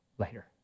Later